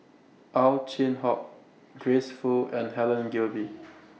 Ow Chin Hock Grace Fu and Helen Gilbey